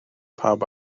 pawb